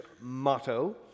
motto